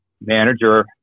manager